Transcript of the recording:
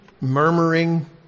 murmuring